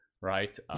right